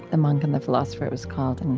the monk and the philosopher, it was called.